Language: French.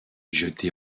jeté